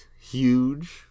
huge